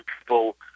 people